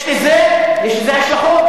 יש לזה השלכות.